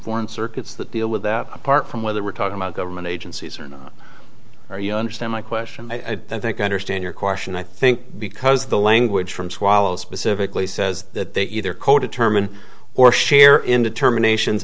foreign circuits that deal with that apart from whether we're talking about government agencies or not or you understand my question i think i understand your question i think because the language from swallow specifically says that they either co determine or share in determinations